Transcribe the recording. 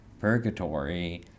purgatory